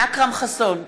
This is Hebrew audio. אכרם חסון,